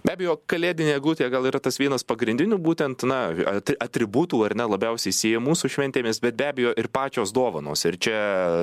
be abejo kalėdinė eglutė gal yra tas vienas pagrindinių būtent na ati atributų ar ne labiausiai siejamų su šventėmis bet be abejo ir pačios dovanos ir čia